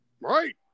Right